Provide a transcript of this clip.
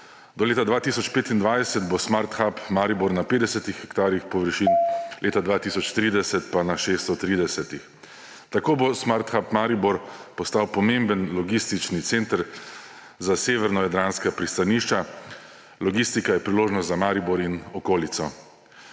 Do leta 2025 bo Smart Hub Maribor na 50 hektarjih površin, leta 2030 pa na 630. Tako bo Smart Hub Maribor postal pomemben logistični center za severnojadranska pristanišča. Logistika je priložnost za Maribor in okolico.«